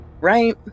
right